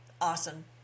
Awesome